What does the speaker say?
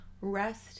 Rest